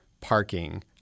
parking